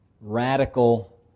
radical